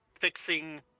fixing